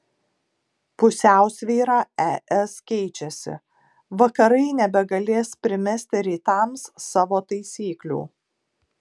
pusiausvyra es keičiasi vakarai nebegalės primesti rytams savo taisyklių